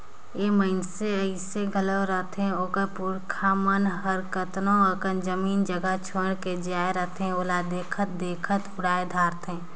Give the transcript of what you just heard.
ए मइनसे अइसे घलो रहथें ओकर पुरखा मन हर केतनो अकन जमीन जगहा छोंएड़ के जाए रहथें ओला देखत देखत उड़ाए धारथें